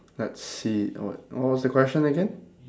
let's see what what was the question again